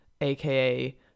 aka